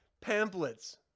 pamphlets